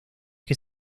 que